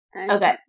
Okay